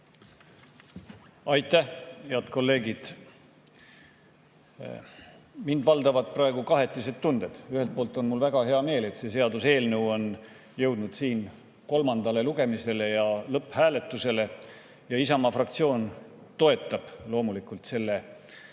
Aitäh! Head kolleegid! Mind valdavad praegu kahetised tunded. Ühelt poolt on mul väga hea meel, et see seaduseelnõu on jõudnud siin kolmandale lugemisele ja lõpphääletusele. Isamaa fraktsioon toetab loomulikult selle eelnõu